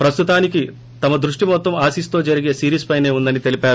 ప్రస్తుతానికి తమ దృష్టి మొత్తం ఆసీస్ తో జరిగే సిరీస్ పైసే ఉందని తెలిపాడు